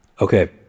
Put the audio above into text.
Okay